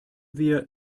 wir